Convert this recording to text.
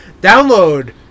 Download